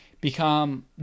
become